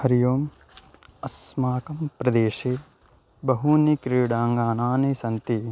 हरिः ओम् अस्माकं प्रदेशे बहूनि क्रीडाङ्गनानि सन्ति